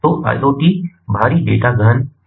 तो IoT भारी data गहन है